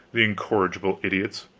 the incorrigible idiots.